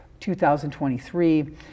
2023